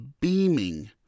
beaming